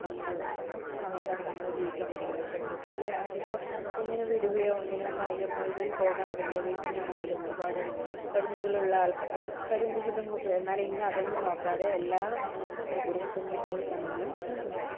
പിന്നൊരു സമൂഹത്താണ് നമ്മള് ജീവിച്ചോണ്ടിരിക്കുന്നത് പെൺകുട്ടികളെ അധികം ഒന്നിനും വിടുകയോ ഒന്നിനും കായിക മേഖലകളിൽ പോകാൻ വിടുകയോ വീട്ടീന്നാണെങ്കിലും ഒരുപാട് പരിമിതികൾ ഉള്ള ആൾകാ പരിമിതികൾ പെൺകുട്ടികൾ എന്നാൽ ഇന്ന് അതൊന്നും നോക്കാതെ എല്ലാ സൗകര്യം പെൺകുട്ടികൾക്കാണെങ്കിലും നൽകുന്നുണ്ട്